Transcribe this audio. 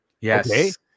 Yes